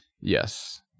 Yes